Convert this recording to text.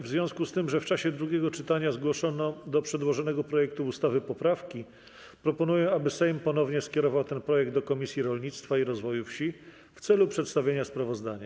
W związku z tym, że w czasie drugiego czytania zgłoszono do przedłożonego projektu ustawy poprawki, proponuję, aby Sejm ponownie skierował ten projekt do Komisji Rolnictwa i Rozwoju Wsi w celu przedstawienia sprawozdania.